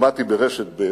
היום שמעתי ברשת ב'